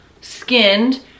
Skinned